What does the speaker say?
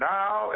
now